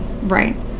Right